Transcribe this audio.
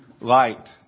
light